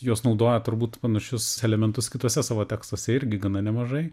jos naudoja turbūt panašius elementus kituose savo tekstuose irgi gana nemažai